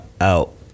out